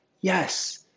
Yes